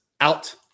Out